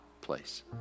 place